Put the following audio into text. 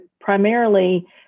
primarily